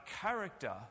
character